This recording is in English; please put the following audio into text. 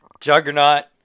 Juggernaut